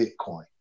Bitcoin